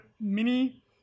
mini